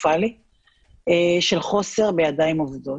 קטסטרופלי של חוסר בידיים עובדות.